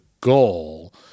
goal